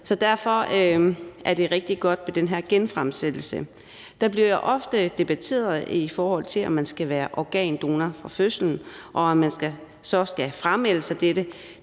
Så derfor er det rigtig godt med den her genfremsættelse. Der bliver jo ofte debatteret i forhold til, om man skal være organdonor fra fødslen, og om man så skal framelde sig dette.